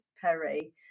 Perry